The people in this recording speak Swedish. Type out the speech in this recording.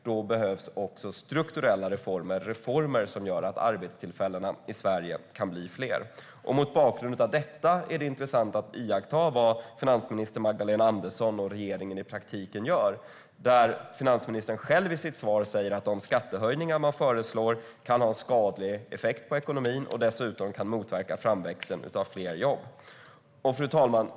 Då behövs också strukturella reformer, reformer som gör att arbetstillfällena i Sverige kan bli fler. Mot bakgrund av detta är det intressant att iaktta vad finansminister Magdalena Andersson och regeringen i praktiken gör. Finansministern säger själv i sitt svar att de skattehöjningar man föreslår kan ha en skadlig effekt på ekonomin och dessutom motverka framväxten av fler jobb. Fru talman!